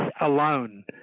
alone